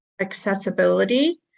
accessibility